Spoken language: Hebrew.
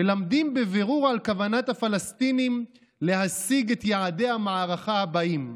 מלמדים בבירור על כוונת הפלסטינים להשיג את יעדי המערכה הבאים: